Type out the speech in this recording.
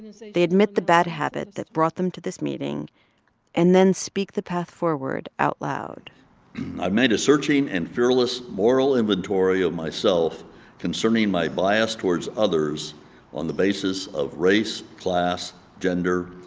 they admit the bad habit that brought them to this meeting and then speak the path forward out loud i've made a searching and fearless moral inventory of myself concerning my bias towards others on the basis of race, class, gender,